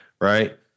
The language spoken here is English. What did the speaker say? right